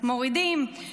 מורידים,